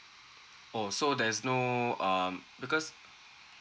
oh so there's no um because